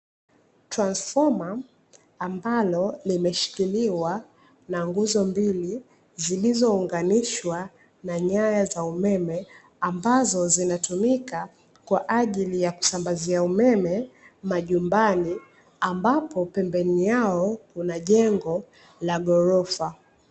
"Transifoma" ambalo limeshikiliwa na nguzo mbili zilizounganishwa na nyaya za umeme, ambazo zinatumika kwa ajili ya kusambazia umeme majumbani, ambapo pembeni yao kuna jengo la ghorofa.